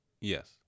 Yes